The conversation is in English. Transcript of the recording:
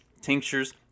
tinctures